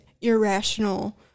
irrational